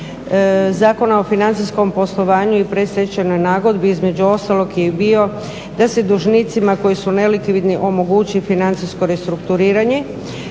Zakona o financijskom poslovanju i predstečajnoj nagodbi između ostaloga je i bio da se dužnicima koji su nelikvidni omogući financijsko restrukturiranje